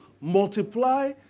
multiply